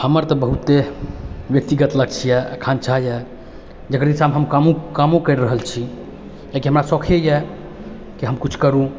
हमर तऽ बहुते व्यतिगत लक्ष्य यऽ आकांक्षा यऽ जकर हिसाबे हम कामो कामो करि रहल छी कियाकि हमरा शौखे यऽ की हम कुछ करूँ